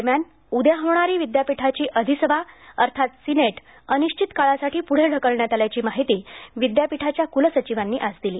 दरम्यान उद्या होणारी विद्यापीठाची अधिसभा अर्थात सिनेट अनिश्चित काळासाठी पुढे ढकलण्यात आल्याची माहिती विद्यापीठाच्या कुलसचिवांनी आज दिली